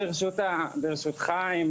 מבקש ברשותך,